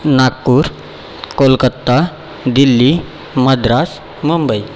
Nagpur Kolkata Delhi Madras Mumbai